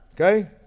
Okay